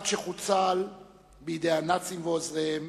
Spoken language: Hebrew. עד שחוסל בידי הנאצים ועוזריהם